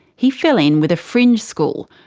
he fell in with a fringe school,